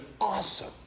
awesome